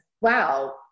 wow